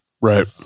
Right